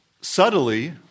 subtly